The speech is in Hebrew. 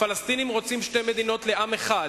הפלסטינים רוצים שתי מדינות לעם אחד,